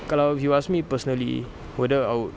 kalau if you ask me personally whether I would